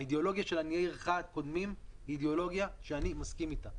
האידיאולוגיה שעניי עירך קודמים היא אידיאולוגיה שאני מסכים איתה.